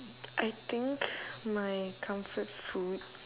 I think my comfort food